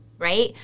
Right